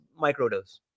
microdose